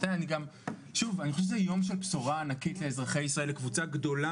זה יום של בשורה ענקית לאזרחי ישראל ולקבוצה גדולה